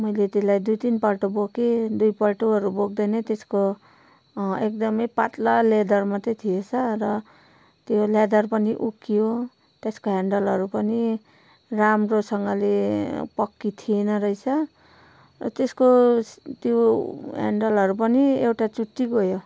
मैले त्यसलाई दुई तिनपल्ट बोकेँ दुईपल्टहरू बोक्दा नै त्यसको एकदमै पातला लेदर मात्रै थिएछ र त्यो लेदर पनि उक्कियो त्यसको हेन्डलहरू पनि राम्रोसँगले पक्की थिएन रहेछ र त्यसको त्यो हेन्डलहरू पनि एउटा चुट्टिगयो